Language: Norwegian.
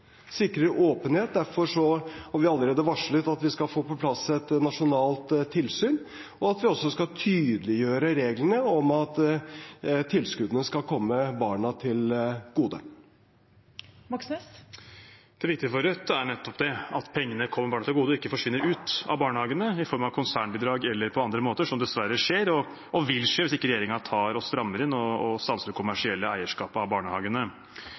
Derfor har vi allerede varslet at vi skal få på plass et nasjonalt tilsyn, og at vi også skal tydeliggjøre reglene om at tilskuddene skal komme barna til gode. Det viktige for Rødt er nettopp det, at pengene kommer barnehagene til gode og ikke forsvinner ut av dem i form av konsernbidrag eller på andre måter, noe som dessverre skjer, og vil skje, hvis ikke regjeringen strammer inn og stanser det kommersielle eierskapet av barnehagene.